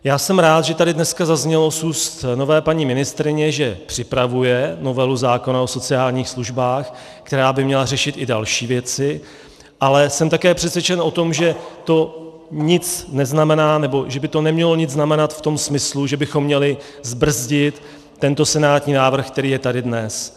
Já jsem rád, že tady dneska zaznělo z úst nové paní ministryně, že připravuje novelu zákona o sociálních službách, která by měla řešit i další věci, ale jsem také přesvědčen o tom, že to nic neznamená, že by to nemělo nic znamenat v tom smyslu, že bychom měli zbrzdit tento senátní návrh, který je tady dnes.